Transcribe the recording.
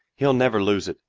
he'll never lose it,